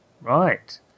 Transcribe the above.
Right